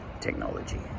Technology